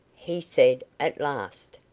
he said at last.